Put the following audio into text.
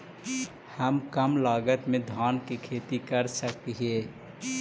हम कम लागत में धान के खेती कर सकहिय?